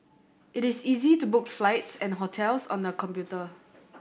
it is easy to book flights and hotels on the computer